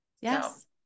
Yes